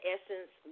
Essence